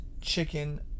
chicken